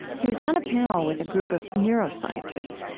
he was on a panel with a group of neuroscientists,